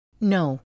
No